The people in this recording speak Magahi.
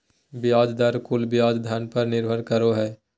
ब्याज दर कुल ब्याज धन पर निर्भर करो हइ